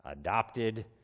Adopted